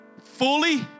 Fully